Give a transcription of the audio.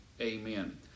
amen